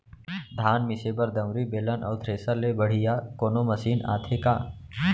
धान मिसे बर दंवरि, बेलन अऊ थ्रेसर ले बढ़िया कोनो मशीन आथे का?